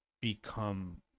become